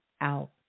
out